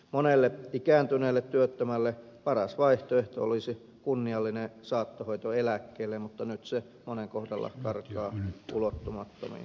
monelle ikääntyneelle työttömälle paras vaihtoehto olisi kunniallinen saattohoito eläkkeelle mutta nyt se monen kohdalla karkaa ulottumattomiin